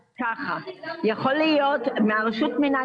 מרשות המנהל